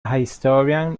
historian